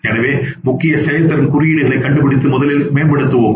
எனவே முக்கிய செயல்திறன் குறியீடுகளை கண்டுபிடித்து முதலில் மேம்படுத்துவோம்